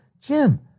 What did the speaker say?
Jim